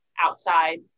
outside